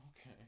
okay